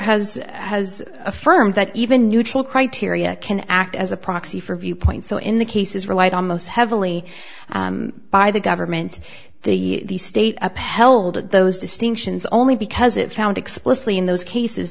has has affirmed that even neutral criteria can act as a proxy for viewpoints so in the cases relied on most heavily by the government the state upheld those distinctions only because it found explicitly in those cases